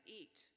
eat